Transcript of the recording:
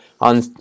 on